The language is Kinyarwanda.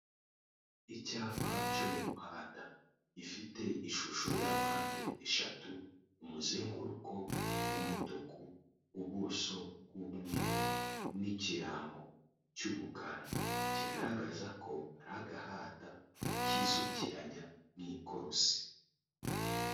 Icyapa cyo mu muhanda gifite ishusho ya mpande eshatu umuzenguruko w'umutuku ubuso bw'umweru n'ikirango cy'umukara kigaragaza ko ari agahanda kisukiranya mu ikorosi.